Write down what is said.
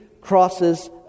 crosses